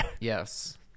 Yes